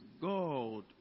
God